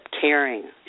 caring